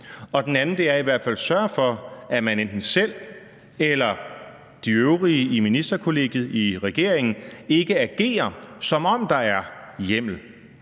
den anden er, at man i hvert fald sørger for, at man hverken selv eller de øvrige i ministerkollegiet i regeringen agerer, som om der er hjemmel.